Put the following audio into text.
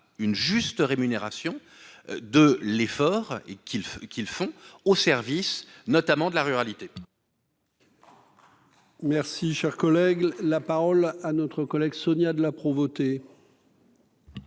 une juste rémunération de l'effort et qu'qui qu'ils font au service, notamment de la ruralité. Merci, cher collègue, la parole à notre collègue Sonia de la Provoté.